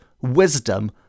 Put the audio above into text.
wisdom